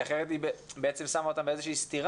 כי אחרת היא בעצם שמה אותם בסתירה,